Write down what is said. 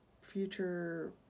future